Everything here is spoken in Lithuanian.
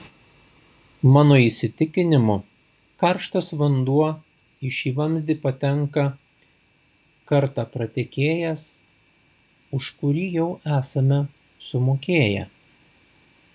mano įsitikinimu karštas vanduo į šį vamzdį patenka kartą pratekėjęs už kurį jau esame sumokėję